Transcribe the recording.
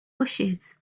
bushes